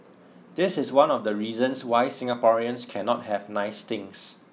this is one of the reasons why Singaporeans cannot have nice things